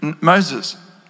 Moses